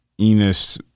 Enos